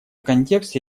контексте